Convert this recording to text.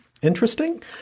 interesting